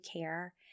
care